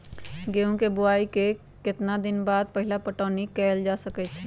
गेंहू के बोआई के केतना दिन बाद पहिला पटौनी कैल जा सकैछि?